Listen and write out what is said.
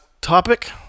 topic